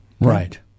Right